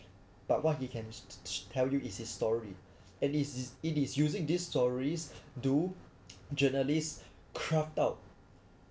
but what he can tell you is a story it is it is using these stories do journalists craft out